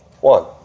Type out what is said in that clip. one